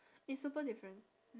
it's super different